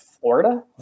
Florida